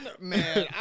Man